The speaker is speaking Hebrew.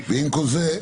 ועם כל זה,